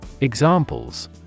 Examples